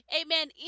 amen